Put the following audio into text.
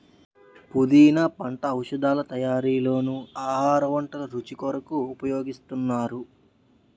పుదీనా పంట ఔషధాల తయారీలోనూ ఆహార వంటల రుచి కొరకు ఉపయోగిస్తున్నారు